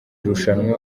rushanwa